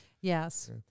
Yes